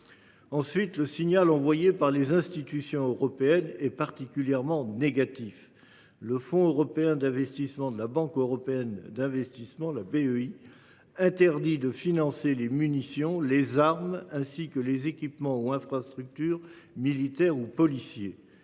Ensuite, le signal envoyé par les institutions européennes est particulièrement négatif. Le Fonds européen d’investissement (FEI) de la BEI interdit de financer les munitions, les armes, ainsi que les équipements ou infrastructures militaires ou policiers.